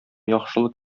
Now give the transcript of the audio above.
яхшылык